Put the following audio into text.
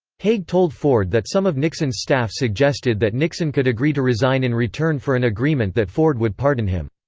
haig told ford that some of nixon's staff suggested that nixon could agree to resign in return for an agreement that ford would pardon him.